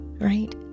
Right